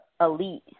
elite